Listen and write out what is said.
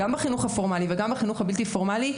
גם בחינוך הפורמלי וגם בחינוך הלא פורמלי,